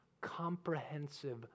comprehensive